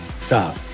stop